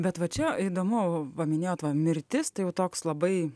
bet va čia įdomu paminėjot va mirtis tai jau toks labai